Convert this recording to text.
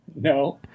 No